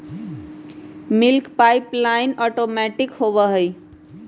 milking pipeline automatic होबा हई